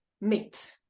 meet